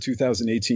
2018